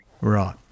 Right